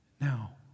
Now